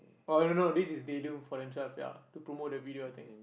oh I don't know this is they do for themselves ya to promote the video I think